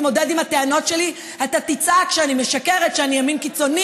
הכנסת מוסי רז, אני קורא אותך לסדר פעם שנייה.